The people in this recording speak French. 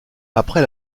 après